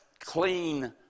clean